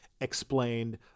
explained